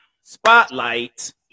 Spotlight